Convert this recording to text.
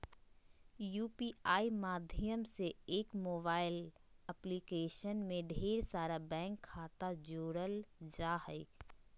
UPI माध्यम से एक मोबाइल एप्लीकेशन में ढेर सारा बैंक खाता जोड़ल जा हय